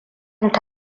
rufe